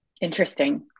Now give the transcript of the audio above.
Interesting